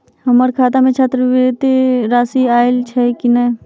हम्मर खाता मे छात्रवृति राशि आइल छैय की नै?